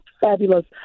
fabulous